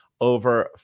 over